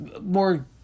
more